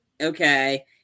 okay